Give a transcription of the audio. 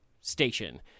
station –